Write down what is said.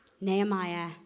Nehemiah